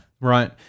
Right